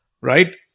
right